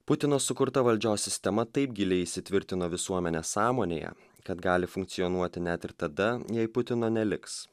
putino sukurta valdžios sistema taip giliai įsitvirtino visuomenės sąmonėje kad gali funkcionuoti net ir tada jei putino neliks